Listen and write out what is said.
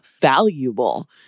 valuable